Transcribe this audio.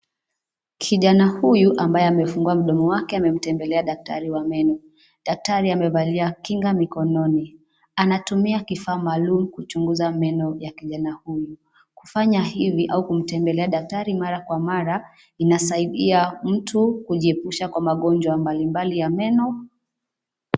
Kijana huyu ambaye amefungua mdomo wake amemtembelea daktari wa meno. Daktari amevalia kinga mikononi. Anatumia kifaa maalumu kuchunguza meno ya kijana huyu. Kufanya hivi au kumtembelea daktari mara kwa mara, inasaidia mtu kujiepusha kwa magonjwa mbalimbali ya meno.